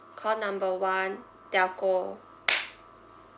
call number one telco